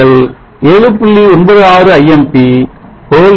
18 Vmp x 7